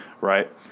Right